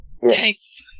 Thanks